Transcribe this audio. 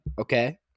okay